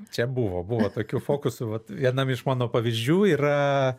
čia buvo buvo tokių fokusų vat vienam iš mano pavyzdžių yra